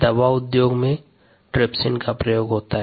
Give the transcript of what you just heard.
दवा उद्तोग में ट्रिप्सिन का प्रयोग होता है